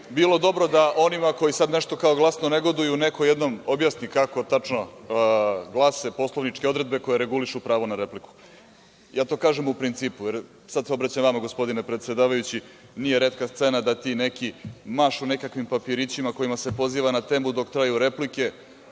bilo dobro da onima koji sada nešto glasno negoduju neko jednom objasni kako tačno glase poslaničke odredbe koje regulišu pravo na repliku. To kažem u principu. Sada se obraćam vama, gospodine predsedavajući. Nije retka scena da ti neki mašu nekakvim papirićima kojima se poziva na temu dok traju replike.